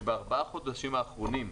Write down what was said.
שבארבעה חודשים האחרונים,